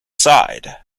side